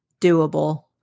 doable